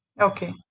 Okay